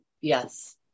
Yes